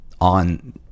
on